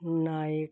ਨਾਇਕ